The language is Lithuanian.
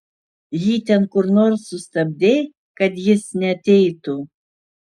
jį ten kur nors sustabdei kad jis neateitų